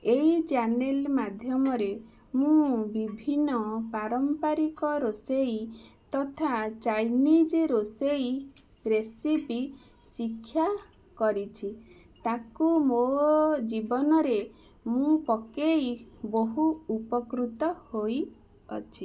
ଏଇ ଚ୍ୟାନେଲ୍ ମାଧ୍ୟମରେ ମୁଁ ବିଭିନ୍ନ ପାରମ୍ପରିକ ରୋଷେଇ ତଥା ଚାଇନିଜ୍ ରୋଷେଇ ରେସିପି ଶିକ୍ଷା କରିଛି ତାକୁ ମୋ ଜୀବନରେ ମୁଁ ପକେଇ ବହୁ ଉପକୃତ ହୋଇ ଅଛି